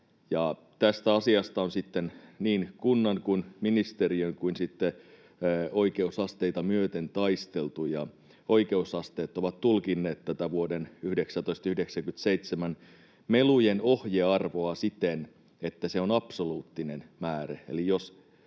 Tästä asiasta on sitten niin kunnassa kuin ministeriössä kuin sitten oikeusasteita myöten taisteltu, ja oikeusasteet ovat tulkinneet tätä vuoden 1997 melun ohjearvoa siten, että se on absoluuttinen määre.